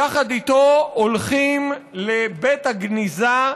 יחד איתו הולכים לבית הגניזה,